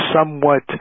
somewhat